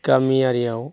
गामियारिआव